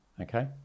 Okay